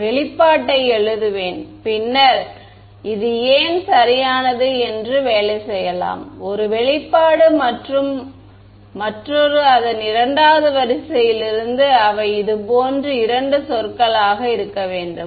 நான் வெளிப்பாட்டை எழுதுவேன் பின்னர் இது ஏன் சரியானது என்று வேலை செய்யலாம் ஒரு வெளிப்பாடு மற்றும் மற்றொரு அதன் 2 வது வரிசையில் இருந்து அவை இது போன்ற இரண்டு சொற்களாக இருக்க வேண்டும்